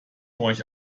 euch